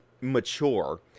mature